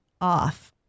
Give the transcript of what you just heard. off